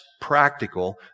practical